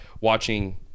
watching